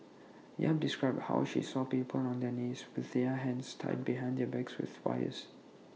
yap described how she saw people on their knees with their hands tied behind their backs with wires